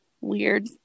weird